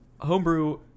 homebrew